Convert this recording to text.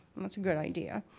that's a good idea,